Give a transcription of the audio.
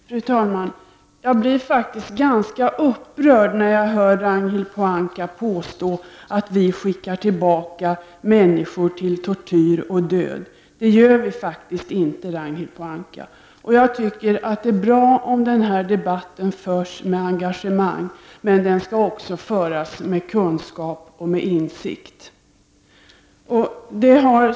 Fru talman! Jag blir faktiskt ganska upprörd när jag hör Ragnhild Pohanka påstå att vi skickar tillbaka människor till tortyr och död. Det gör vi inte. Det är bra om den här debatten förs med engagemang, men den skall också föras med kunskap och insikt.